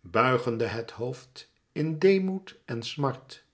buigende het hoofd in deemoed en smart